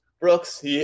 Brooks